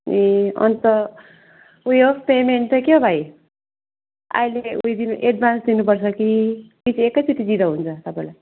ए अन्त उयो पेमेन्ट चाहिँ क्याउ भाइ अहिले उयो एड्भान्स दिनुपर्छ कि एकैचोटि दिँदा हुन्छ तपाईँलाई